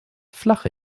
flache